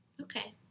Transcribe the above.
Okay